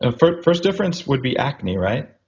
ah first first difference would be acne, right?